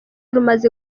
rumaze